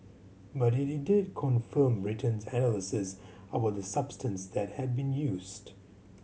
but it did confirm Britain's analysis about the substance that had been used